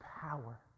power